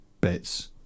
bits